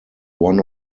one